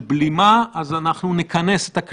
התמונה שעכשיו אנחנו רואים לא מייצגת את כל